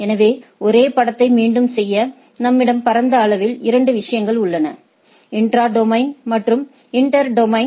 எனவே ஒரே படத்தை மீண்டும் செய்ய நம்மிடம் பரந்த அளவில் 2 விஷயங்கள் உள்ளன இன்ட்ரா டொமைன் மற்றும் இன்டர் டொமைன்